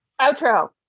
Outro